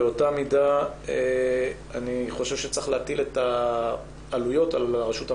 באותה מידה אני חושב שצריך להטיל את העלויות על הרשות המקומית.